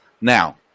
Now